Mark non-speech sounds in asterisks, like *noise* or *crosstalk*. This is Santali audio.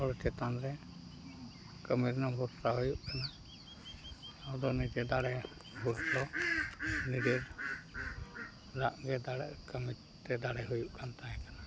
ᱦᱚᱲ ᱪᱮᱛᱟᱱᱨᱮ ᱠᱟᱹᱢᱤ ᱨᱮᱱᱟᱜ ᱵᱚᱨᱥᱟ ᱦᱩᱭᱩᱜ ᱠᱟᱱᱟ ᱟᱫᱚ ᱱᱤᱡᱮ ᱫᱟᱲᱮ *unintelligible* ᱱᱤᱡᱮᱨ ᱨᱟᱜ ᱜᱮ ᱫᱟᱲᱮ ᱠᱟᱹᱢᱤᱛᱮ ᱫᱟᱲᱮ ᱦᱩᱭᱩᱜ ᱠᱟᱱ ᱛᱟᱦᱮᱸ ᱠᱟᱱᱟ